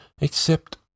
Except